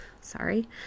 sorry